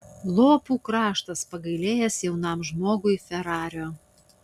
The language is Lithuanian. lopų kraštas pagailėjęs jaunam žmogui ferario